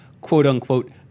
quote-unquote